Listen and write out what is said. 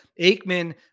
Aikman